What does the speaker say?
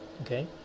okay